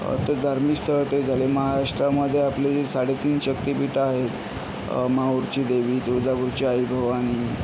तर धार्मिक स्थळ ते झाले महाराष्ट्रामध्ये आपली जे साडेतीन शक्तीपीठं आहेत माहूरची देवी तुळजापूरची आई भवानी